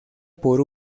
por